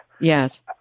Yes